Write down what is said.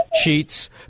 cheats